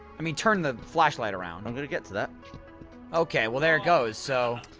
i mean, turn the flashlight around i'm gonna get to that okay, well there it goes, so